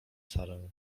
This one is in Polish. sarę